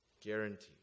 Guaranteed